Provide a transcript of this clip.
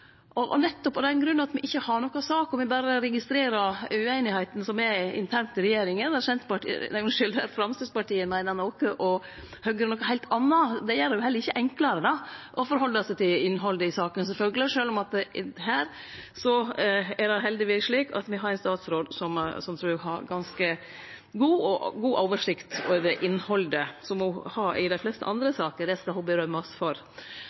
ulike førestillingar. Nettopp av den grunn, at me ikkje har noka sak og berre registrerer uenigheitene som er internt i regjeringa, der Framstegspartiet meiner noko og Høgre noko heilt anna, er det heller ikkje enklare å halde seg til innhaldet i saka, sjølvsagt – sjølv om det heldigvis er slik at me har ein statsråd som eg trur har ganske god oversikt over innhaldet, som ho har i dei fleste andre saker, det skal ho rosast for.